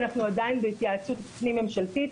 אנחנו עדיין בהתייעצות פנים-ממשלתית